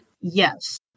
Yes